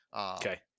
Okay